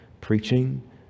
preaching